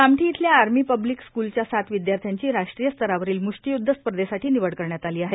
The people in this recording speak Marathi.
कामठी इथल्या आर्मी पब्लिक स्कुलच्या सात विद्याध्यांची राष्ट्रीय स्तरावरील मुष्टियुद्ध स्पर्धेसाठी निवड करण्यात आली आहे